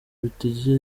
bitigeze